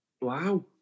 Wow